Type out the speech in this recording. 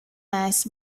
mass